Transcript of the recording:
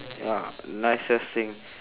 ya nicest thing